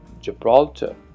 Gibraltar